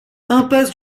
impasse